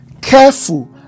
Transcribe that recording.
Careful